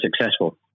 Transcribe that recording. successful